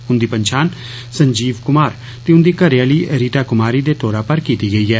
उन्दी पंछान संजीव कुमार ते उन्दी घरेआली रीता कुमारी दे तौरा पर कीती गेई ऐ